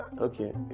Okay